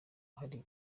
hari